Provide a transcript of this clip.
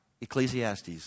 Ecclesiastes